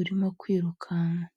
urimo kwirukanka.